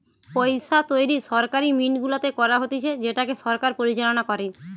পইসা তৈরী সরকারি মিন্ট গুলাতে করা হতিছে যেটাকে সরকার পরিচালনা করে